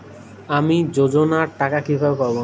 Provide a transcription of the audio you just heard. আমি যোজনার টাকা কিভাবে পাবো?